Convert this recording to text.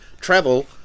travel